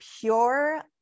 pure